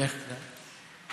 בדרך כלל,